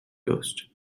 coast